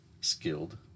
skilled